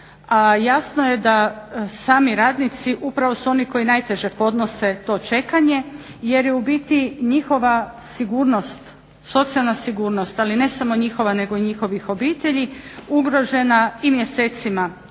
jasno je da sami radnici upravo su oni koji najteže podnose to čekanje jer je u biti njihova sigurnost, socijalna sigurnost, ali ne samo njihova nego i njihovih obitelji ugrožena i mjesecima